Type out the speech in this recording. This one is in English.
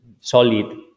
solid